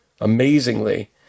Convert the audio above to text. amazingly